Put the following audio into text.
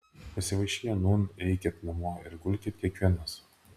pasivaišinę nūn eikit namo ir gulkit kiekvienas